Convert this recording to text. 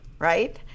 right